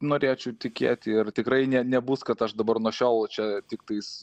norėčiau tikėti ir tikrai ne nebus kad aš dabar nuo šiol čia tiktais